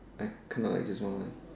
I kinda like just want